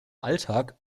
alltag